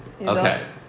Okay